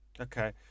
Okay